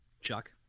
Chuck